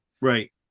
right